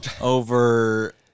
over